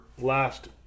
last